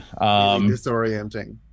disorienting